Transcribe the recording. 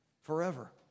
forever